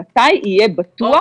מתי יהיה בטוח